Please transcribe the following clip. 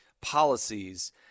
policies